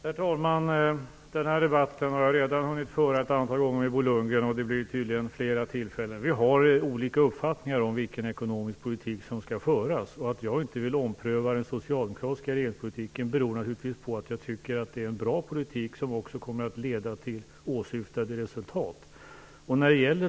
Herr talman! Denna debatt har jag redan hunnit föra ett antal gånger med Bo Lundgren, och det blir tydligen fler tillfällen. Vi har olika uppfattningar om vilken ekonomisk politik som skall föras. Att jag inte vill ompröva den socialdemokratiska regeringspolitiken beror naturligtvis på att jag tycker att det är en bra politik, som också kommer att leda till åsyftade resultat.